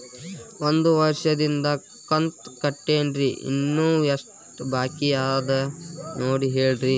ಒಂದು ವರ್ಷದಿಂದ ಕಂತ ಕಟ್ಟೇನ್ರಿ ಇನ್ನು ಎಷ್ಟ ಬಾಕಿ ಅದ ನೋಡಿ ಹೇಳ್ರಿ